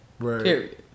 Period